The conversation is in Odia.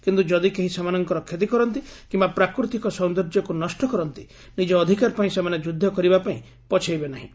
କିନ୍ତୁ ଯଦି କେହି ସେମାନଙ୍କର କ୍ଷତି କରନ୍ତି କି ୟା ପ୍ରାକୃତିକ ସୌନ୍ଦର୍ଯ୍ୟକୁ ନଷ୍ୟ କରନ୍ତି ନିଜର ଅଧିକାର ପାଇଁ ସେମାନେ ଯୁଦ୍ଧ କରିବାପାଇଁ ପଛେଇବେ ନାହିଁ